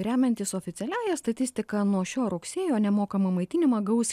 remiantis oficialiąja statistika nuo šio rugsėjo nemokamą maitinimą gaus